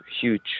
huge